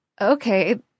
okay